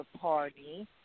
party